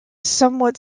somewhat